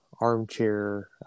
armchair